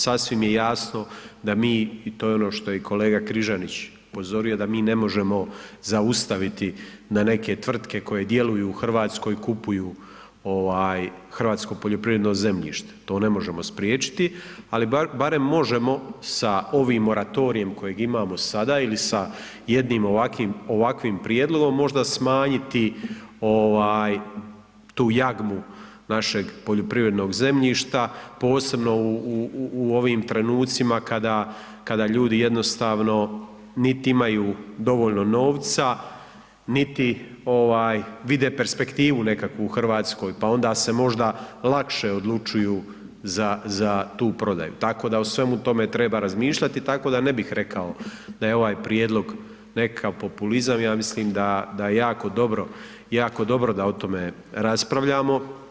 Sasvim je jasno da mi, i to je ono što je i kolega Križanić upozorio, da mi ne možemo zaustaviti na neke tvrtke koje djeluju u RH, kupuju ovaj hrvatsko poljoprivredno zemljište, to ne možemo spriječiti, ali barem možemo sa ovim moratorijem kojeg imamo sada ili sa jednim ovakvim, ovakvim prijedlogom možda smanjiti ovaj tu jagmu našeg poljoprivrednog zemljišta, posebno u, u, u ovim trenucima kada, kada ljudi jednostavno niti imaju dovoljno novca, niti ovaj vide perspektivu nekakvu u RH, pa onda se možda lakše odlučuju za, za tu prodaju, tako da u svemu tome treba razmišljati, tako da ne bih rekao da je ovaj prijedlog nekakav populizam, ja mislim da, da je jako dobro, jako dobro da o tome raspravljamo.